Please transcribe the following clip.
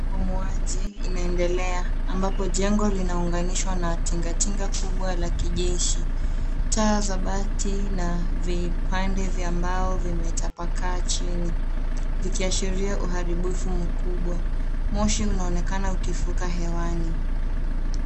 Ubomoaji inaendelea ambapo jengo linaunganishwa na tingatinga kubwa la kijeshi. Taa za bati na vipande vya mbao vimetapakaa chini vikiashiria uharibifu mkubwa. Moshi unaonekana ukifuka hewani.